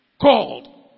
called